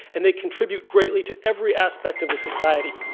and they contribute greatly to every aspect of the society.